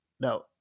Now